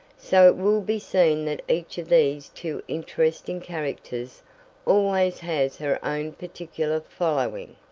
so it will be seen that each of these two interesting characters always has her own particular following,